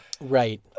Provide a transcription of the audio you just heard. Right